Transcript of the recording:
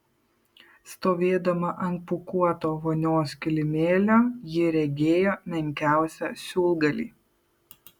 stovėdama ant pūkuoto vonios kilimėlio ji regėjo menkiausią siūlgalį